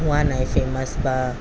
হোৱা নাই ফেমাচ বা